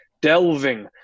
delving